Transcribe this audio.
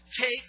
Take